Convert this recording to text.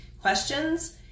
questions